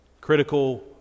critical